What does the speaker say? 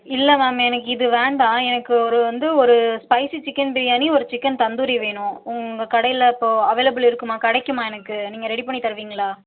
இல்லை மேம் எனக்கு இது வேண்டா எனக்கு ஒரு வந்து ஒரு ஸ்பைஸி சிக்கன் பிரியாணி ஒரு சிக்கன் தந்தூரி வேணும் உங்கள் கடையில் இப்போ அவைளபுல் இருக்குமா கிடைக்குமா எனக்கு நீங்கள் ரெடி பண்ணி தருவீங்களா